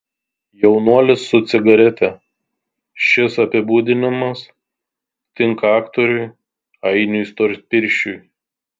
jaunuolis su cigarete šis apibūdinimas tinka aktoriui ainiui storpirščiui